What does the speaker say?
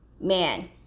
man